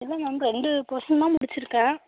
இல்லை மேம் ரெண்டு போர்ஷன் தான் முடிச்சுருக்கேன்